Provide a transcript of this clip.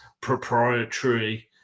proprietary